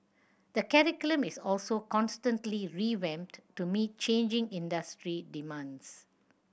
the curriculum is also constantly revamped to meet changing industry demands